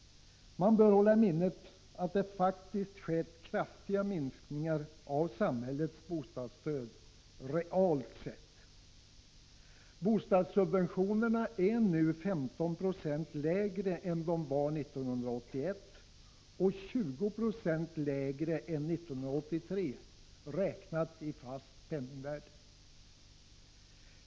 Man bör hålla i minnet att det faktiskt skett kraftiga minskningar av samhällets bostadsstöd realt sett. Bostadssubventionerna är nu ca 15 96 lägre än de var 1981 och 20 20 lägre än 1983 räknat i fast penningvärde.